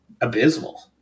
abysmal